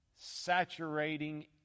saturating